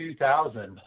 2000